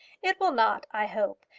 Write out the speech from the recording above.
it will not, i hope,